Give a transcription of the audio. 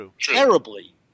terribly